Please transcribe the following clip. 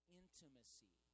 intimacy